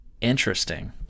Interesting